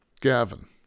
Gavin